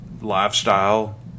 lifestyle